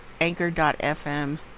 anchor.fm